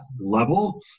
level